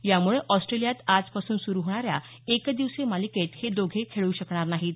यामुळे ऑस्ट्रेलियात आजपासून सुरु होणाऱ्या एकदिवसीय मालिकेत हे दोघे खेळू शकणार नाहीत